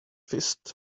fist